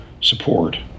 support